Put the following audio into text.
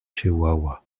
chihuahua